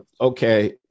okay